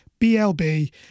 BLB